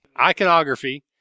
iconography